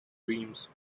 dreams